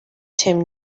tim